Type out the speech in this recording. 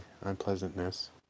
unpleasantness